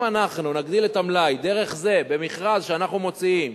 אם אנחנו נגדיל את המלאי דרך זה במכרז שאנחנו מוציאים,